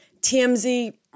TMZ